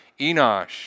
Enosh